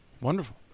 Wonderful